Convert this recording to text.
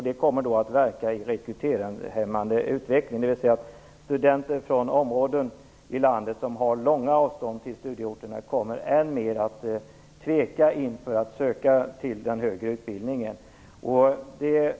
Det kommer att verka i rekryteringshämmande utveckling, dvs. att studenter i landet som har långa avstånd till studieorterna än mer kommer att ställa sig tvekande till att söka sig till den högre utbildningen.